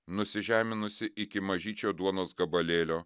nusižeminusį iki mažyčio duonos gabalėlio